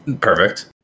Perfect